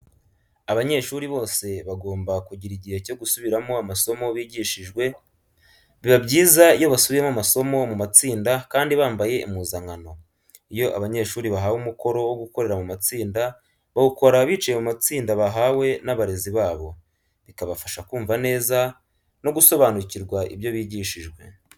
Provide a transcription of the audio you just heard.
Abanyeshuri bose bagomba kugira igihe cyo gusubiramo amasomo bigishijwe. Biba byiza iyo basubiyemo amasomo mu matsinda kandi bambaye impuzankano. Iyo abanyeshuri bahawe umukoro wo gukorera mu matsinda, bawukora bicaye mu matsinda bahawe n'abarezi babo, bikabafasha kumva neza no gusobanukirwa ibyo bigishijwe.